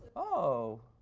oh,